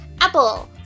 Apple